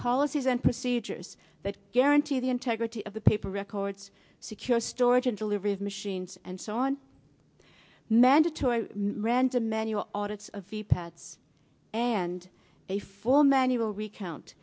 policies and procedures that guarantee the integrity of the paper records secure storage and delivery of machines and so on mandatory random manual audits of the pats and a full manual recount